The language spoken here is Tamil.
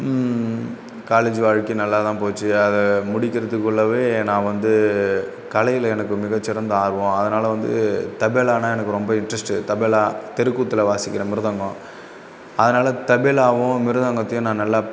காலேஜ் வாழ்க்கையும் நல்லாதான் போச்சு அதை முடிக்கறதுக்குள்ளவே நான் வந்து கலையில் எனக்கு மிகச்சிறந்த ஆர்வம் அதனால் வந்து தபேலான்னா எனக்கு ரொம்ப இன்ட்ரெஸ்ட் தபேலா தெருக்கூத்தில் வாசிக்கிற மிருதங்கம் அதனால் தபேலாவும் மிருதங்கத்தையும் நான் நல்லா